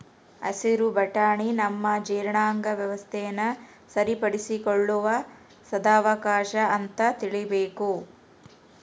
ಹಸಿರು ಬಟಾಣಿ ನಮ್ಮ ಜೀರ್ಣಾಂಗ ವ್ಯವಸ್ಥೆನ ಸರಿಪಡಿಸಿಕೊಳ್ಳುವ ಸದಾವಕಾಶ ಅಂತ ತಿಳೀಬೇಕು